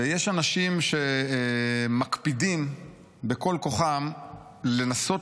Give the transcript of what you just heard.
ויש אנשים שמקפידים בכל כוחם לנסות